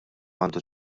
għandu